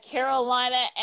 Carolina